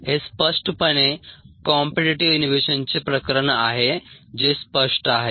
हे स्पष्टपणे कॉम्पीटीटीव्ह इनहिबिशनचे प्रकरण आहे जे स्पष्ट आहे